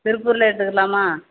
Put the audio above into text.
திருப்பூரில் எடுத்துக்கிரலாமா